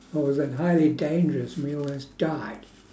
or was that highly dangerous we almost died